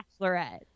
bachelorette